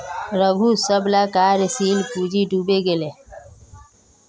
रघूर सबला कार्यशील पूँजी डूबे गेले